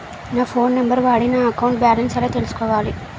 నా phone number వాడి నా అకౌంట్ బాలన్స్ ఎలా తెలుసుకోవాలి?